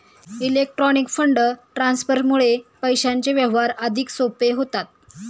electronic fund ट्रान्सफरमुळे पैशांचे व्यवहार अधिक सोपे होतात